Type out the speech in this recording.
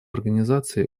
организации